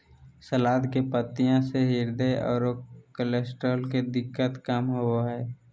सलाद के पत्तियाँ से हृदय आरो कोलेस्ट्रॉल के दिक्कत कम होबो हइ